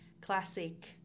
classic